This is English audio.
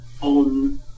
on